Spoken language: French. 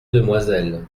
demoiselle